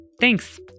Thanks